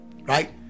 Right